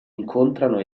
incontrano